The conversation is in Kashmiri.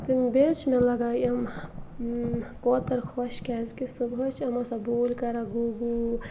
تہٕ بیٚیہِ حظ چھِ مےٚ لَگان یِم کوتَر خۄش کیازِکہِ صُبحٲے چھِ یِم آسان بوٗلۍ کَران گوٗ گوٗ